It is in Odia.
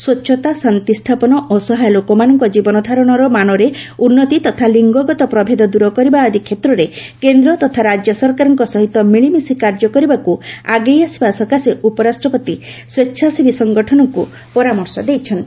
ସ୍ୱଚ୍ଛତା ଶାନ୍ତିସ୍ଥାପନଅସହାୟ ଲୋକମାନଙ୍କ ଜୀବନଧାରଣର ମାନରେ ଉନ୍ତି ତଥା ଲିଙ୍ଗଗତ ପ୍ରଭେଦ ଦୂର କରିବା ଆଦି କ୍ଷେତ୍ରରେ କେନ୍ଦ୍ର ତଥା ରାଜ୍ୟ ସରକାରଙ୍କ ସହିତ ମିଳିମିଶି କାର୍ଯ୍ୟ କରିବାକୃ ଆଗେଇ ଆସିବା ସକାଶେ ଉପରାଷ୍ଟ୍ରପତି ସେଚ୍ଛାସେବୀ ସଂଗଠନକ୍ତ ପରାମର୍ଶ ଦେଇଛନ୍ତି